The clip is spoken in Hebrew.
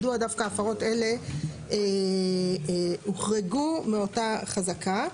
מדוע דווקא הפרות אלה הוחרגו מאותה חזקה.